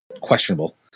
Questionable